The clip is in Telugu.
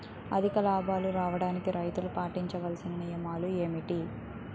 అధిక లాభాలు రావడానికి రైతులు పాటించవలిసిన నియమాలు ఏంటి